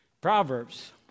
Proverbs